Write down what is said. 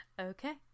okay